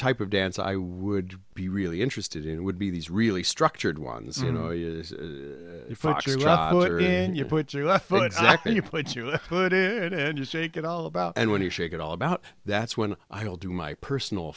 type of dance i would be really interested in would be these really structured ones and you put your left foot and you put your foot it just take it all about and when you shake it all about that's when i'll do my personal